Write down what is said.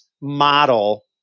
model